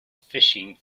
fishing